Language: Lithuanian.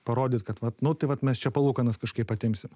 parodyt kad vat nu tai vat mes čia palūkanas kažkaip atimsim